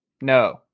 No